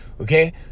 Okay